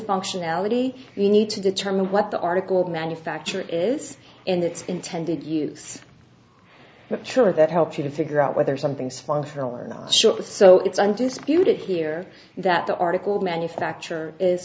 functionality we need to determine what the article of manufacture is and its intended use but surely that helps you to figure out whether something's functional or not sure so it's undisputed here that the article manufacture is